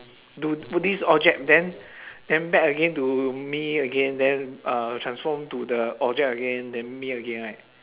do to this object then then back again to me again then uh transform to the object again then me again right